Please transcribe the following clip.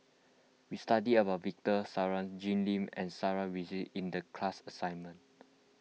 we studied about Victor Sassoon Jim Lim and Sarah Winstedt in the class assignment